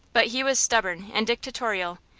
but he was stubborn and dictatorial,